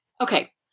okay